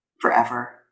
forever